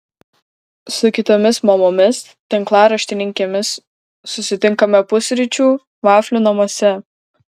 su kitomis mamomis tinklaraštininkėmis susitinkame pusryčių vaflių namuose